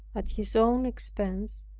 at his own expense,